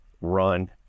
run